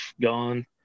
gone